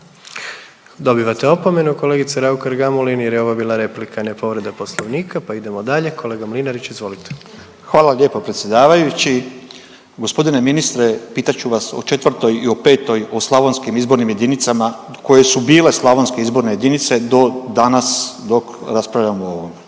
Dobivate opomenu kolegice Raukar Gamulin jer je ovo bila replika, a ne povreda Poslovnika, pa idemo dalje. Kolega Mlinarić, izvolite. **Mlinarić, Stipo (DP)** Hvala lijepa predsjedavajući. Gospodine ministre pitat ću vas o IV. i o V. o slavonskim izbornim jedinicama koje su bile slavonske izborne jedinice do danas dok raspravljamo o